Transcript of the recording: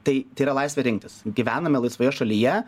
tai tai yra laisvė rinktis gyvename laisvoje šalyje